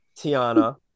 Tiana